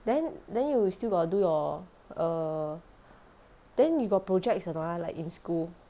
then then you still got do your err then you got projects or not ah like in school